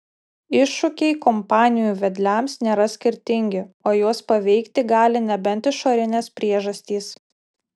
iššūkiai kompanijų vedliams nėra skirtingi o juos paveikti gali nebent išorinės priežastys